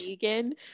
vegan